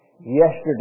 yesterday